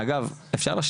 נתקענו עם